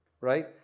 Right